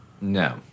no